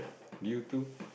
due to